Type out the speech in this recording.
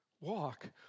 Walk